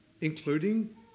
including